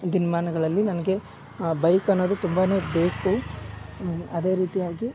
ದಿನಮಾನಗಳಲ್ಲಿ ನನಗೆ ಬೈಕ್ ಅನ್ನೋದು ತುಂಬಾನೇ ಬೇಕು ಅದೇ ರೀತಿಯಾಗಿ